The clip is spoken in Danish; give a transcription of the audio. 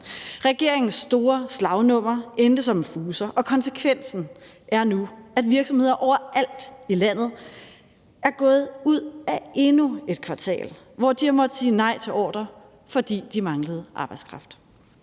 Regeringens store slagnummer endte som en fuser, og konsekvensen er nu, at virksomheder overalt i landet er gået ud af endnu et kvartal, hvor de har måttet sige nej til ordrer, fordi de manglede arbejdskraft.